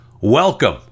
welcome